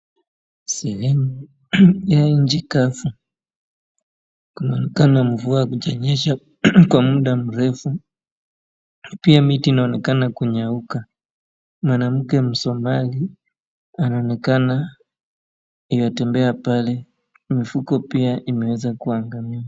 Sehemu ya nchi kavu, kunaonekana mvua hakujanyesha kwa munda mrefu. Pia miti inaonekana kunyauka. Mwanamke msomali anaonekana yuwatembea pale, mifugo pia imeweza kuangamia.